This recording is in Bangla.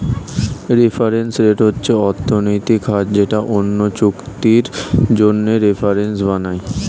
রেফারেন্স রেট হচ্ছে অর্থনৈতিক হার যেটা অন্য চুক্তির জন্য রেফারেন্স বানায়